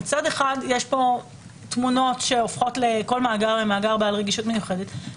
מצד אחד יש פה תמונות שהופכות כל מאגר ומאגר לבעל רגישות מיוחדת,